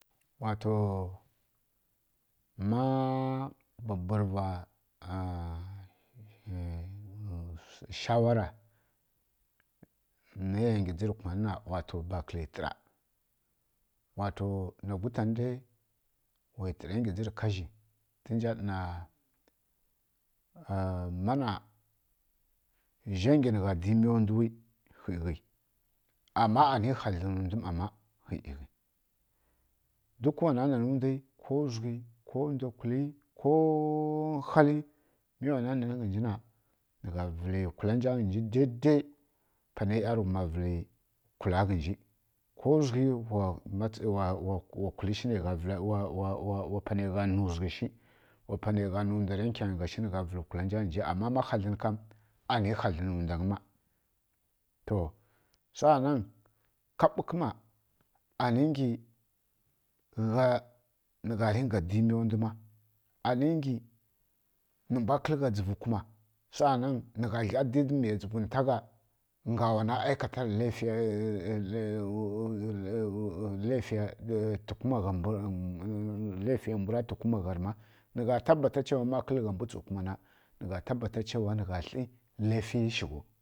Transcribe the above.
Wato ma mbwabwurva shawara naiya ngǝ dzǝrǝ kumanǝ na ba kǝlaitǝra wato na gwutan dai wa tǝra ngi kanǝ zhi tǝ nja ɗana mana zha ngi nigha di miya ndwu wi khi ghǝ ama ani hadlǝn nǝ ndwu ˈma ma khi ǝghi duk wana nanǝ ndwi ko zwughi ko ndwa kuli ko nhali mi wana nanǝ ghǝnji na nǝgha vǝlǝ kwulan nja ka ghǝnji daidai panai ˈyarughuma vcǝlǝ kwula ghǝnji ko wzǝghi wa panai gha nǝ zdughǝ shi wa panai gha nǝ ndwara nkyangyi gha shi nǝgha vǝlǝ kulanja ghǝnji ama ma hadlǝn kam ani hadlǝn nǝ ndwangyi ma to sanan ka ɓukǝnna ani ngyi gha nǝgha dinga di miya ndwu ma ani nghi nǝmbwa kǝlǝ gha dzuvu kuma nǝgha gla shǝrǝ wsa wnu ma nga wana aikatarǝn laifiya mbwura tukuma gharǝma nǝgha tabbata chewa ma kǝllǝ gha mbwu tsu kuma na nǝ gha tabba chewa nǝgha tli laifiyi shǝ ghau